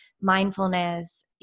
mindfulness